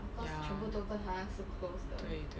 ya 对对